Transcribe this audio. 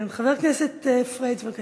חבר הכנסת פריג', בבקשה.